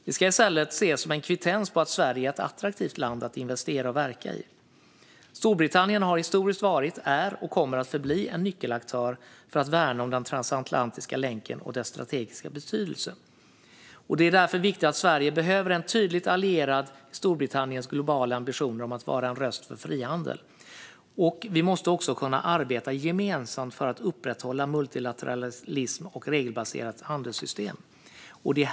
Det ska i stället ses som en kvittens på att Sverige är ett attraktivt land att investera och verka i. Storbritannien har historiskt varit, är och kommer att förbli en nyckelaktör för att värna om den transatlantiska länken och dess strategiska betydelse. Sverige behöver därför vara en tydlig allierad i Storbritanniens globala ambitioner att vara en röst för frihandel. Vi måste också kunna arbeta gemensamt för att upprätthålla multilateralism och ett regelbaserat handelssystem.